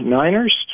Niners